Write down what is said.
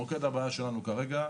מוקד הבעיה שלנו כרגע,